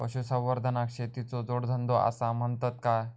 पशुसंवर्धनाक शेतीचो जोडधंदो आसा म्हणतत काय?